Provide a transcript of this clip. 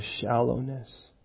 shallowness